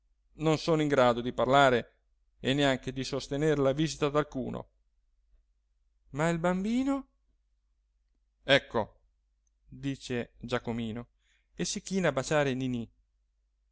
non sono in grado di parlare e neanche di sostener la vista d'alcuno ma il bambino ecco dice giacomino e si china a baciare ninì